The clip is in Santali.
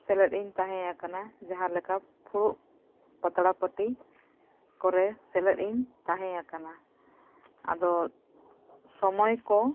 ᱥᱮᱞᱮᱫ ᱤᱧ ᱛᱟᱦᱮᱸᱭᱟᱠᱟᱱᱟ ᱡᱟᱦᱟᱸ ᱞᱮᱠᱟ ᱯᱷᱩᱲᱩᱜ ᱯᱟᱛᱲᱟ ᱯᱟᱹᱴᱤ ᱠᱚᱨᱮ ᱥᱮᱞᱮᱫ ᱤᱧ ᱛᱟᱦᱮᱸᱭᱟᱠᱟᱱᱟ ᱟᱫᱚ ᱥᱚᱢᱚᱭ ᱠᱚ